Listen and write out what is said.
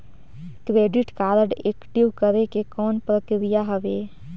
Credit card active करे के कौन प्रक्रिया हवे?